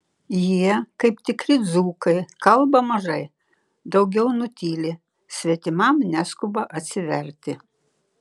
jie kaip tikri dzūkai kalba mažai daugiau nutyli svetimam neskuba atsiverti